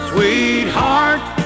Sweetheart